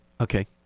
okay